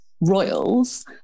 royals